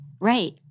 right